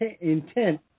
intent